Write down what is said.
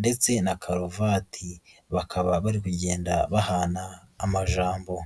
ndetse na karuvati, bakaba bari kugenda bahana amajambo.